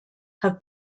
have